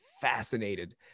fascinated